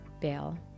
bail